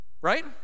Right